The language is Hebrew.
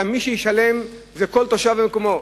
אלא מי שישלם זה כל תושב במקומו,